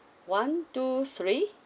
one two three